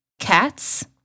cats